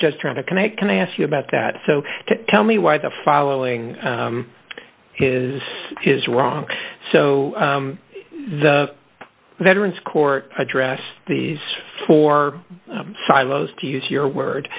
just trying to connect can i ask you about that so tell me why the following is is wrong so the veterans court address these four silos to use your word